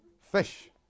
Fish